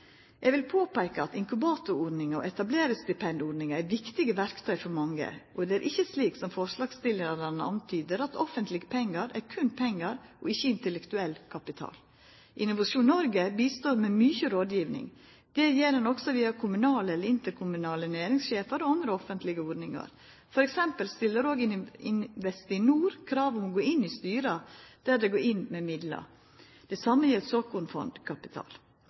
Eg vil påpeika at inkubatorordninga og etablerarstipendordninga er viktige verktøy for mange, og det er ikkje slik som forslagsstillarane antydar, at offentlege pengar er berre pengar og ikkje intellektuell kapital. Innovasjon Norge står til teneste med mykje rådgjeving. Det gjer ein òg via kommunale eller interkommunale næringssjefar og andre offentlige ordningar. Til dømes stiller òg Investinor krav om å gå inn i styre der dei går inn med midlar – det same